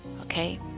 okay